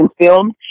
film